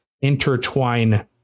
intertwine